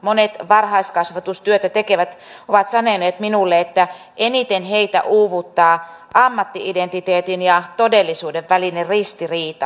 monet varhaiskasvatustyötä tekevät ovat sanoneet minulle että eniten heitä uuvuttaa ammatti identiteetin ja todellisuuden välinen ristiriita